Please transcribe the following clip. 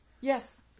yes